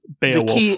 Beowulf